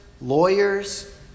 lawyers